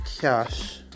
cash